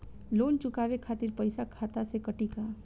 Loan चुकावे खातिर पईसा खाता से कटी का?